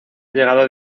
llegado